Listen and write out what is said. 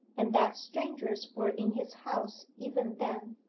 and that strangers were in his house even then.